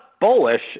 bullish